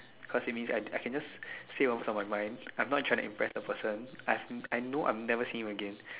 cause it means I I can just say what's on my mind I'm not trying to impress the person I know I'm never seeing him again